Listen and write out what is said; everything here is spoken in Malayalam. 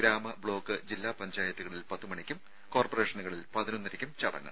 ഗ്രാമ ബ്ലോക്ക് ജില്ലാ പഞ്ചായത്തുകളിൽ പത്ത് മണിയ്ക്കും കോർപ്പറേഷനുകളിൽ പതിനൊന്നരയ്ക്കും ചടങ്ങ്